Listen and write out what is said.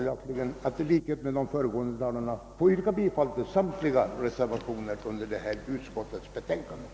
Jag ber i likhet med de föregående talarna att få yrka bifall till samtliga de vid förevarande betänkande fogade reservationerna.